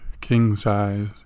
king-size